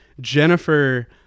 Jennifer